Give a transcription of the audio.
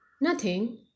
Nothing